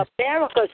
America